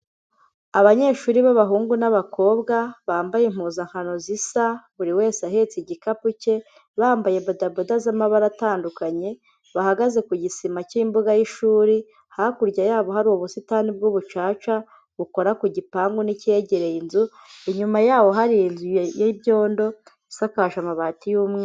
Abanyeshuri b'abahungu n'abakobwa, bambaye impuzankano zisa, buri wese ahetse igikapu cye, bambaye bodaboda z'amabara atandukanye, bahagaze ku gisima cy'imbuga y'ishuri, hakurya yabo hari ubusitani bw'ubucaca, bukora ku gipangu n'icyegereye inzu, inyuma yabo hari inzu y'ibyondo, isakaje amabati y'umweru.